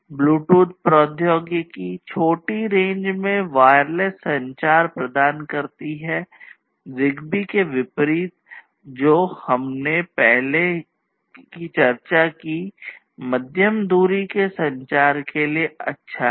Bluetooth प्रौद्योगिकी है